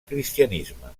cristianisme